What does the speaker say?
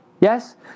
Yes